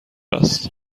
است